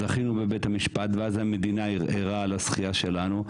זכינו בבית המשפט ואז המדינה ערערה על הזכייה שלנו.